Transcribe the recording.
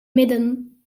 midden